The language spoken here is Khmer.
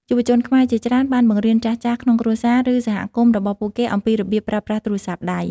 យុវជនខ្មែរជាច្រើនបានបង្រៀនចាស់ៗ ក្នុងគ្រួសារ ឬសហគមន៍របស់ពួកគេអំពីរបៀបប្រើប្រាស់ទូរស័ព្ទដៃ។